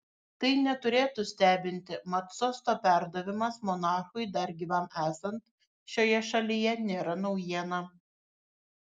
tai neturėtų stebinti mat sosto perdavimas monarchui dar gyvam esant šioje šalyje nėra naujiena